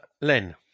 Len